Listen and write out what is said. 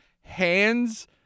hands